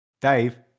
Dave